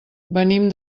venim